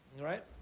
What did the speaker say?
Right